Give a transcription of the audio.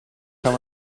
kann